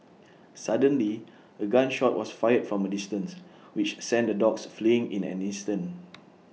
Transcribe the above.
suddenly A gun shot was fired from A distance which sent the dogs fleeing in an instant